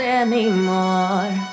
anymore